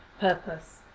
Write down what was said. purpose